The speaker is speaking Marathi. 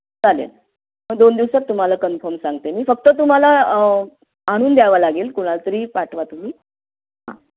चालेल दोन दिवसात तुम्हाला कन्फर्म सांगते मी फक्त तुम्हाला आणून द्यावं लागेल कुणाला तरी पाठवा तुम्ही हां